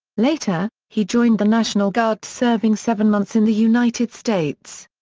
later, he joined the national guard serving seven months in the united states.